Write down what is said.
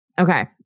Okay